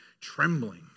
trembling